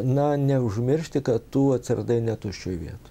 na neužmiršti kad tu atsiradai ne tuščioj vietoj